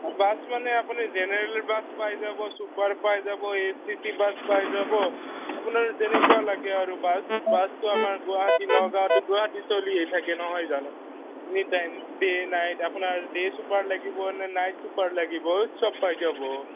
bus মানে আপুনি general bus পাই যাব চুপাৰ পাই যাব A S T C bus পাই যাব আপোনাৰ যেনেকুৱা লাগে আৰু বাছ বাছতো আমাৰ গুৱাহাটী নগাঁও টু গুৱাহাটী চলিয়েই থাকে নহয় জানো এনি টাইম ডে' নাইট আপোনাৰ ডে' চুপাৰ লাগিব নে নাইট চুপাৰ লাগিব চব পাই যাব